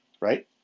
right